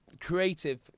creative